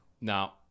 Now